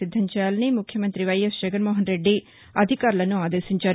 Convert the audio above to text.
సిద్దం చేయాలని ముఖ్యమంగ్రి వైఎస్ జగన్మోహన్రెడ్డి అధికారులను ఆదేశించారు